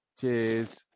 Cheers